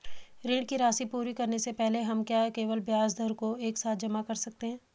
ऋण की राशि पूरी करने से पहले हम क्या केवल ब्याज दर को एक साथ जमा कर सकते हैं?